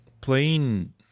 playing